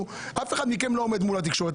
אף אחד מכם לא עומד מול התקשורת.